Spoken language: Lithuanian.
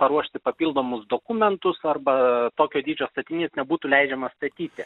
paruošti papildomus dokumentus arba tokio dydžio statinys nebūtų leidžiamas statyti